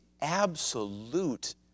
absolute